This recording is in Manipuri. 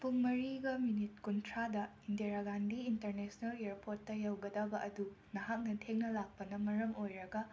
ꯄꯨꯡ ꯃꯔꯤꯒ ꯃꯤꯅꯤꯠ ꯀꯨꯟꯊ꯭ꯔꯥꯗ ꯏꯟꯗꯤꯔꯥ ꯒꯥꯟꯙꯤ ꯏꯟꯇꯔꯅꯦꯁꯅꯦꯜ ꯑꯦꯌꯔꯄꯣꯔꯠꯇ ꯌꯧꯒꯗꯕ ꯑꯗꯨ ꯅꯍꯥꯛꯅ ꯊꯦꯡꯅ ꯂꯥꯛꯄꯅ ꯃꯔꯝ ꯑꯣꯏꯔꯒ